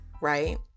right